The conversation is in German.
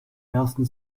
ersten